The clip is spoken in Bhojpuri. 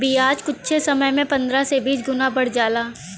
बियाज कुच्छे समय मे पन्द्रह से बीस गुना बढ़ जाला